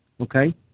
okay